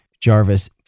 Jarvis